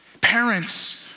Parents